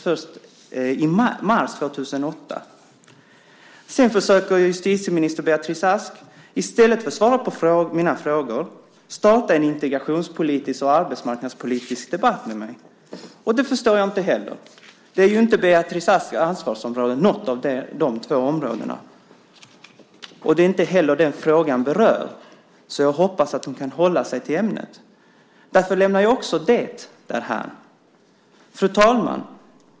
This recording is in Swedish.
I stället för att svara på mina frågor försöker justitieminister Beatrice Ask starta en integrationspolitisk och arbetsmarknadspolitisk debatt med mig. Det förstår jag inte heller. Inte något av de två områdena är Beatrice Asks ansvarsområden. Det är inte heller vad frågan berör. Jag hoppas att hon kan hålla sig till ämnet. Därför lämnar jag också det därhän. Fru talman!